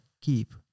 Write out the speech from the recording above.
keep